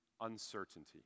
uncertainty